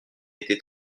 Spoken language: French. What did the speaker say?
été